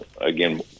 again